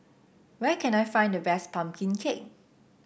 where can I find the best pumpkin cake